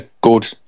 good